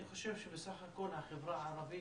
אני חושב שבסך הכול החברה הערבית